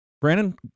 Brandon